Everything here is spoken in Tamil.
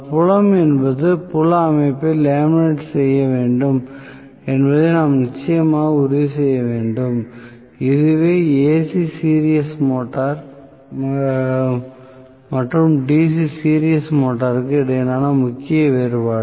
புலம் என்பது புல அமைப்பையும் லேமினேட் செய்ய வேண்டும் என்பதை நாம் நிச்சயமாக உறுதி செய்ய வேண்டும் இதுவே AC சீரிஸ் மோட்டார் மற்றும் DC சீரிஸ் மோட்டருக்கு இடையிலான முக்கிய வேறுபாடு